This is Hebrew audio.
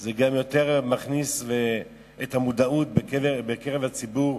זה גם יותר מכניס את המודעות בקרב הציבור,